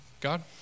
God